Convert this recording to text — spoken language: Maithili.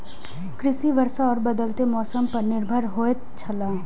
कृषि वर्षा और बदलेत मौसम पर निर्भर होयत छला